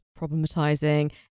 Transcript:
problematizing